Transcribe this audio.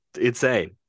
insane